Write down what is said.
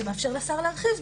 שמאפשר לשר להרחיב,